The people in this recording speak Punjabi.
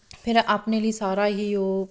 ਫਿਰ ਆਪਣੇ ਲਈ ਸਾਰਾ ਹੀ ਉਹ